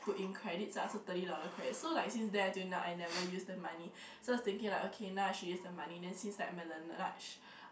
put in credits ah so thirty dollar credit so like since then until now I never use the money so I was thinking like okay now I should use the money then since like my Laneige